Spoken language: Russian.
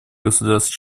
государств